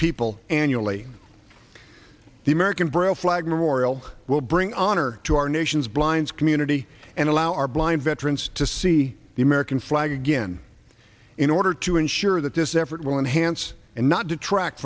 people annually the american braille flag memorial will bring honor to our nation's blind's community and allow our blind veterans to see the american flag again in order to ensure that this effort will enhance and not detract